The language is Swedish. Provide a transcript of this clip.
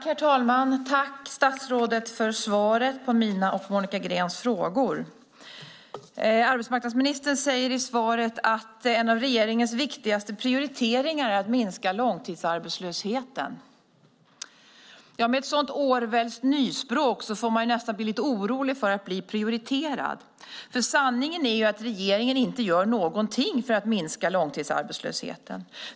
Herr talman! Tack, statsrådet, för svaret på mina och Monica Greens frågor! Arbetsmarknadsministern säger i svaret att en av regeringens viktigaste prioriteringar är att minska långtidsarbetslösheten. Med ett sådant Orwellskt nyspråk får man nästan bli lite orolig för att bli prioriterad. Sanningen är ju att regeringen inte gör någonting för att minska långtidsarbetslösheten.